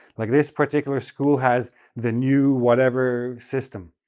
like, this particular school has the new whatever system.